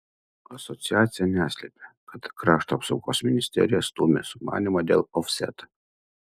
asociacija neslepia kad krašto apsaugos ministerija stumia sumanymą dėl ofseto